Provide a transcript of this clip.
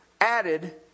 added